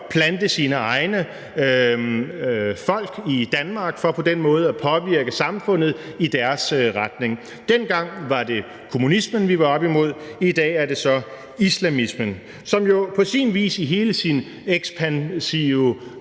plante sine egne folk i Danmark for på den måde at påvirke samfundet i deres retning. Dengang var det kommunismen, vi var oppe imod, og i dag er det så islamismen, som jo på sin vis i hele sin ekspansive